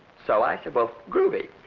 so i said, well, groovy.